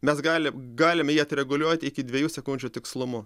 mes gali galim jį atreguliuot iki dviejų sekundžių tikslumu